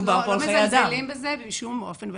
לא מזלזלים בזה בשום אופן.